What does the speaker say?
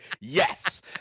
Yes